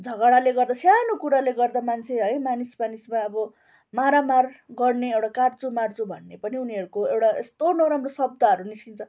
झगडाले गर्दा सानो कुराले गर्दा मान्छे है मानिस मानिसमा अब मारामार गर्ने एउटा काट्छु मार्छु भन्ने पनि उनीहरूको एउटा यस्तो नराम्रो शब्दहरू निस्किन्छ